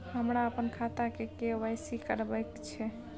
हमरा अपन खाता के के.वाई.सी करबैक छै